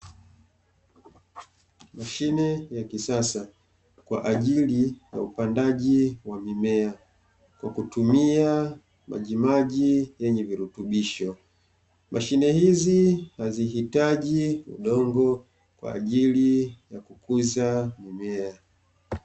Mashine ya kisasa kwa ajili ya upandaji wa mimea kwa kutumia majimaji yenye virutubisho, mashine hizi hazihitaji udongo kwa ajili ya kukuza mimea.